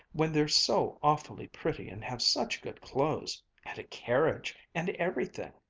when they're so awfully pretty, and have such good clothes and a carriage and everything!